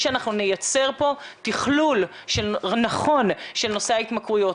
שאנחנו נייצר פה תכלול נכון של נושא ההתמכרויות,